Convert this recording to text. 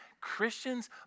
Christians